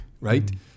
right